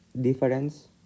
Difference